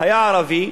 היה ערבי,